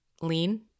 lean